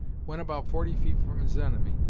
when about forty feet from his enemy,